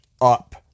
up